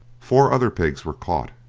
four other pigs were caught,